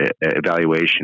evaluation